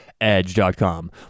edge.com